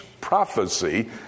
prophecy